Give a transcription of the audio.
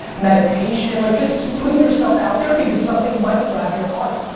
meditation, like just keep putting yourself out there, because something might grab your heart.